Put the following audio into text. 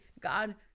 God